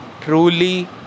truly